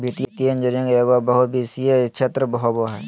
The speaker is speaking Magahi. वित्तीय इंजीनियरिंग एगो बहुविषयी क्षेत्र होबो हइ